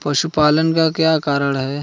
पशुपालन का क्या कारण है?